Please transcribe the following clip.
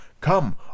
Come